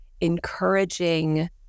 encouraging